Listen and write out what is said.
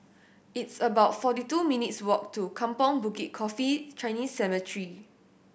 it's about forty two minutes' walk to Kampong Bukit Coffee Chinese Cemetery